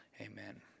Amen